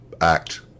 act